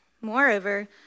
Moreover